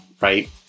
Right